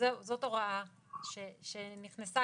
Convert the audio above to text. זאת הוראה שנכנסה